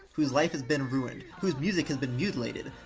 whose life has been ruined, whose music has been mutilated,